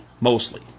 mostly